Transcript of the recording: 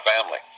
family